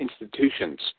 institutions